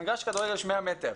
במגרש כדורגל יש 100 מטרים.